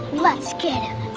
let's get him.